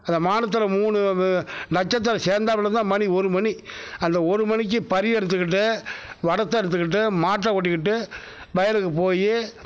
அந்த வானத்துல மூணு நட்சத்திரம் சேர்ந்தாப்ல இருந்தால் மணி ஒரு மணி அந்த ஒரு மணிக்கு பறி அறுத்துக்கிட்டு வடத்தை அறுத்துக்கிட்டு மாட்டை ஓட்டிக்கிட்டு வயலுக்கு போய்